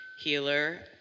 healer